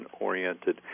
oriented